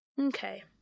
Okay